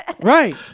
Right